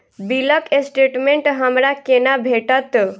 बिलक स्टेटमेंट हमरा केना भेटत?